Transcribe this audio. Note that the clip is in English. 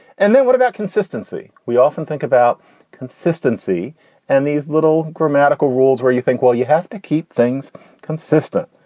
and then what about consistency? we often think about consistency and these little grammatical rules where you think, well, you have to keep things consistent.